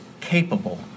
capable